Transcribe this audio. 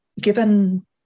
given